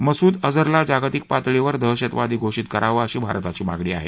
मसूद अझरला जागतिक पातळीवर दहशतवादी घोषित करावं अशी भारताची मागणी आहे